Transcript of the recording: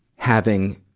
having